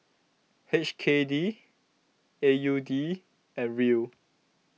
H K D A U D and Riel